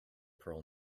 pearl